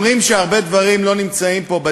אומרים שהרבה דברים לא נמצאים פה,